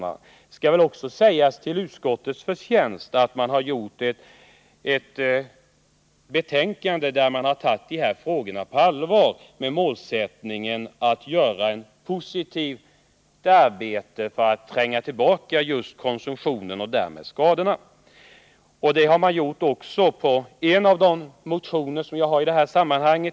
Det skall väl också sägas till utskottets förtjänst att man skrivit ett betänkande där man tagit de här frågorna på allvar, med målsättningen att utföra ett positivt arbete för att tränga tillbaka just konsumtionen och därmed skadorna. Det har man gjort också när det gäller en av de motioner som jag väckt i detta sammanhang.